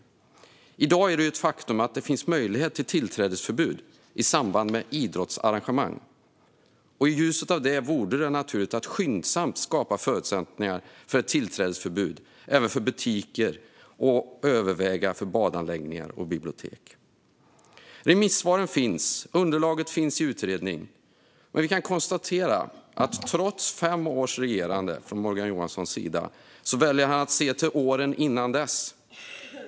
I dag är det ett faktum att det finns möjlighet till tillträdesförbud i samband med idrottsarrangemang. I ljuset av det vore det naturligt att skyndsamt skapa förutsättningar för ett tillträdesförbud även för butiker och att överväga att göra det också för badanläggningar och bibliotek. Remissvaren finns, och underlaget finns i utredning. Men vi kan konstatera att trots fem års regerande från Morgan Johanssons sida väljer han att se till åren innan dess.